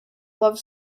love